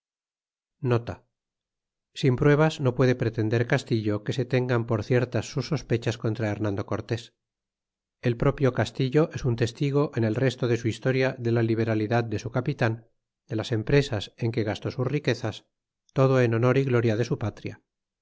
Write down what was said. sin pruebas no puede pretender castillo que se tengan por ciertas sus sospechas contra hernando cortes el propio castillo es un testigo en el resto de su historia de la liberalidad de s capitan de las empresas en que gastó sus riquezas todo en honor y gloria de su patria